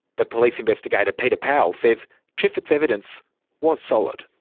but police investigator peter powell says triffett's evidence was solid.